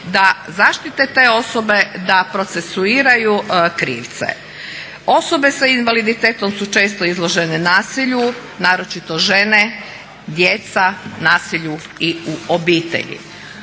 da zaštite te osobe da procesuiraju krivce. Osobe s invaliditetom su često izložene nasilju, naročito žene, djeca nasilju i u obitelji.